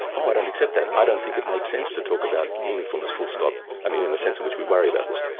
ah i don't accept that. and i don't think it makes sense to talk about meaningfulness full stop, i mean in the sense in which we worry about this.